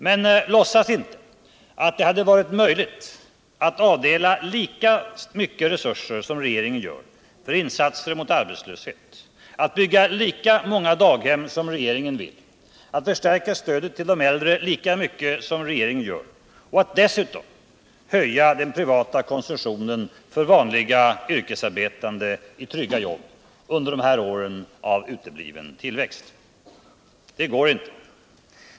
Men låtsas inte att det hade varit möjligt att avdela lika mycket resurser som regeringen gör för insatser mot arbetslösheten, att bygga lika många daghem som regeringen vill, att förstärka stödet till de äldre lika mycket som regeringen gör — och att dessutom höja den privata konsumtionen för vanliga yrkesarbetande i trygga jobb under de här åren av utebliven tillväxt.